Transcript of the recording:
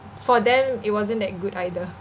for them it wasn't that good either